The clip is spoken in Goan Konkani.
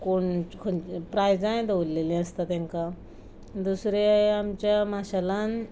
कोण प्रायजांय दवरलेली आसता तेंकां दुसऱ्या आमच्या माशेलान